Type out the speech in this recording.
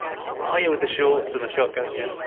ah yeah with the shorts and the shotgun? yeah.